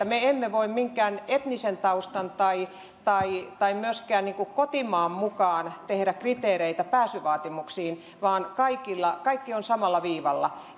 me emme voi minkään etnisen taustan tai tai myöskään kotimaan mukaan tehdä kriteereitä pääsyvaatimuksiin vaan kaikki ovat samalla viivalla